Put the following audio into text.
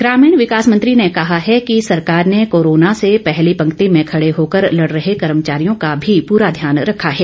ग्रामीण विकास मंत्री ने कहा है कि सरकार ने कोरोना से पहली पंक्ति में खड़े होकर लड़ रहे कर्मचारियों का भी पूरा ध्यान रखा है